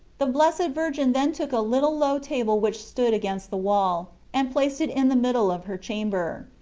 the blessed virgin then took a little low table which stood against the wall, and placed it in the middle of her chamber.